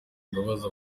imbabazi